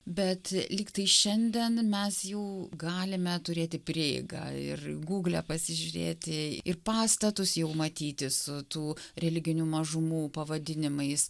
bet lyg tai šiandien mes jau galime turėti prieigą ir gugle pasižiūrėti ir pastatus jau matyti su tų religinių mažumų pavadinimais